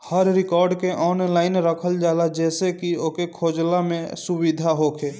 हर record के online रखल जाला जेसे की ओके खोजला में सुबिधा होखे